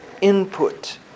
input